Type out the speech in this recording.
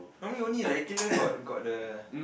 normally only regular got got the